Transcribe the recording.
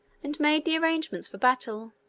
and made the arrangements for battle.